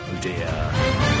dear